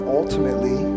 ultimately